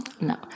No